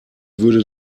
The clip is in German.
würde